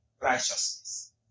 righteousness